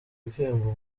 ibihembo